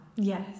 Yes